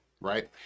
right